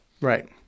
Right